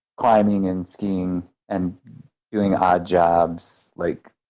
climbing and skiing and doing odd jobs like